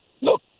Look